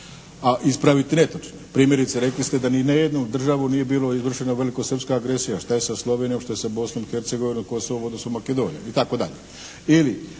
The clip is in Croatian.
A ispraviti netočne. Primjerice rekli ste da ni na jednu državu nije bila izvršena velikosrpska agresija. Šta je sa Slovenijom, šta je sa Bosnom i Hercegovinom, Kosovom odnosno Makedonijom itd.? Ili